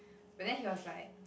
but then he was like